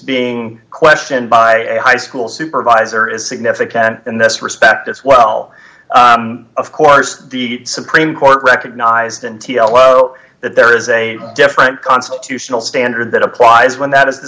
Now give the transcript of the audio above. being questioned by a high school supervisor is significant in this respect as well of course the supreme court recognized and t l o that there is a different constitutional standard that applies when that is the